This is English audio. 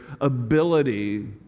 ability